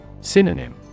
Synonym